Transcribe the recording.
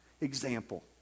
example